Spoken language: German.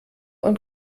und